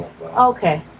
okay